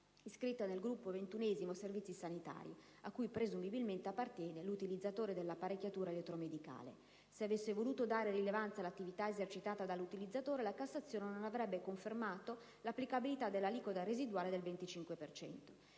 iscritta nel gruppo XXI Servizi sanitari (a cui presumibilmente appartiene l'utilizzatore dell'apparecchiatura elettromedicale). Se avesse voluto dare rilevanza all'attività esercitata dall'utilizzatore, la Cassazione non avrebbe confermato l'applicabilità dell'aliquota "residuale" del 25